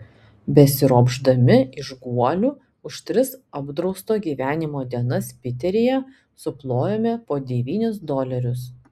besiropšdami iš guolių už tris apdrausto gyvenimo dienas piteryje suplojome po devynis dolerius